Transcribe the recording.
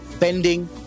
pending